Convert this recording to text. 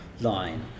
line